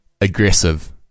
aggressive